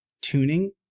tuning